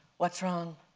what's wrong?